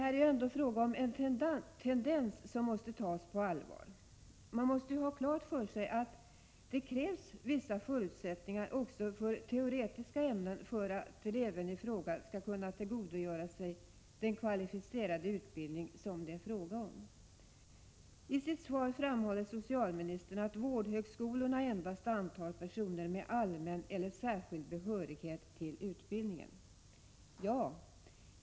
Men det är ändå fråga om en tendens som måste tas på allvar. Man måste ju ha klart för sig att det krävs vissa förutsättningar också för teoretiska ämnen för att eleven i fråga skall kunna tillgodogöra sig den kvalificerade utbildning det här gäller. I sitt svar framhåller socialministern att vårdhögskolorna endast antar personer med allmän eller särskild behörighet till utbildningen.